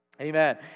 Amen